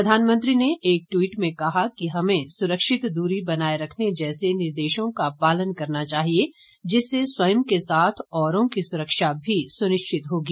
प्रधानमंत्री ने एक ट्वीट में कहा कि हमें सुरक्षित दूरी बनाए रखने जैसे निर्देशों का पालन करना चाहिए जिससे स्वयं के साथ औरों की सुरक्षा भी सुनिश्चित होगी